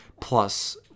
plus